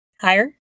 Higher